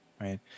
right